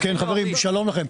חברים, שלום לכם.